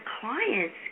clients